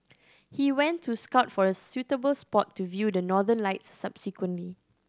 he went to scout for a suitable spot to view the Northern Lights subsequently